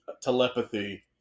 telepathy